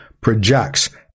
projects